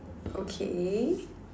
okay